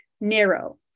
narrow